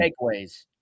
Takeaways